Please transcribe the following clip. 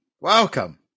Welcome